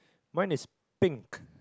mine is pink